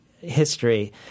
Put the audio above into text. history